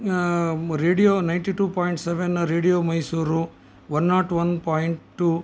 radio ninety two point seven radio Mysuru one nought one point two